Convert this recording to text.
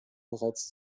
bereits